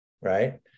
right